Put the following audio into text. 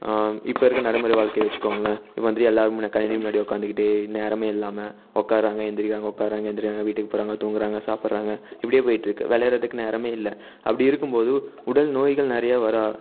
இப்போ இருக்கிற நடைமுறை வாழ்க்கைய வச்சுக்கோங்களேன் இப்போ வந்துட்டு எல்லாேரும் கணினி முன்னாடி உட்காந்துக்கிட்டு நேரமே இல்லாமல் உக்காறாங்க எழுந்திரிக்கிறாங்க உக்காறாங்க எழுந்திரிக்கிறாங்க வீட்டுக்கு போகிறாங்க தூங்கிறாங்க சாப்பிட்றாங்க இப்படியே போய்கிட்ருக்கு விளையாடறத்துக்கு நேரமே இல்லை அப்படி இருக்கும்போது உடல் நோய்கள் நிறைய வர